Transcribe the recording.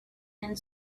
and